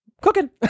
cooking